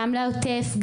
גם לעוטף,